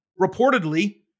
reportedly